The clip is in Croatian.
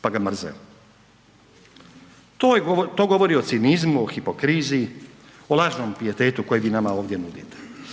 pa da mrze. To govori o cinizmu, hipokrizi, o lažnom pijetetu koji vi nama ovdje nudite.